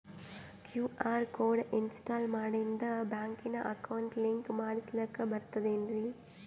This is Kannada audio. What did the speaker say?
ಕ್ಯೂ.ಆರ್ ಕೋಡ್ ಇನ್ಸ್ಟಾಲ ಮಾಡಿಂದ ಬ್ಯಾಂಕಿನ ಅಕೌಂಟ್ ಲಿಂಕ ಮಾಡಸ್ಲಾಕ ಬರ್ತದೇನ್ರಿ